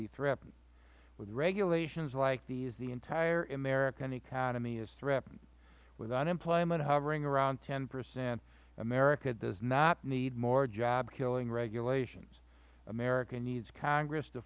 be threatened with regulations like these the entire american economy is threatened with unemployment hovering around ten percent america does not need more job killing regulations america needs congress to